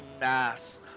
mass